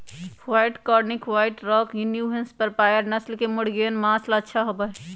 white Cornish, White Rock, New Hampshire नस्ल के मुर्गियन माँस ला अच्छा होबा हई